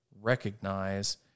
recognize